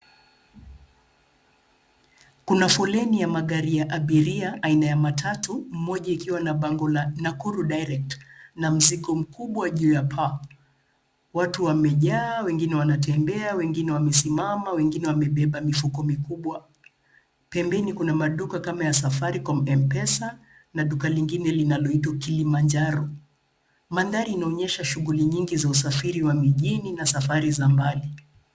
Kuna foleni ya magari ya abiria aina ya matatu, moja ikiwa na bango la Nakuru direct na mzigo mkubwa juu ya paa. Watu wamejaa, wengine wanatembea, wengine wamesimama, wengine wamebeba mifuko mikubwa. Pembeni kuna maduka kama ya Safaricom Mpesa na duka lingine linaloitwa kilimanjaro. Mandhari inaonyesha shughuli nyingi za usafiri wa mijini na safari za mbali.